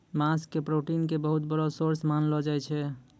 मांस के प्रोटीन के बहुत बड़ो सोर्स मानलो जाय छै